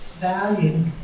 value